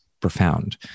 profound